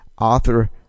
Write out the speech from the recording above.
author